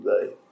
today